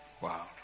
Wow